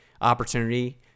opportunity